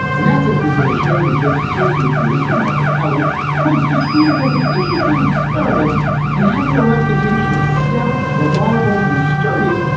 and that's it for today show the gist, associate producer margaret kelly points to sweden as an interesting experiment in having a reputation as stout, reliable and sturdy,